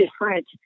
different